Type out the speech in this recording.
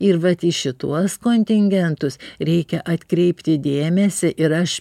ir vat į šituos kontingentus reikia atkreipti dėmesį ir aš